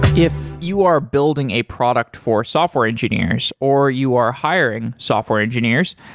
if you are building a product for software engineers, or you are hiring software engineers,